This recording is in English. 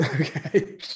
Okay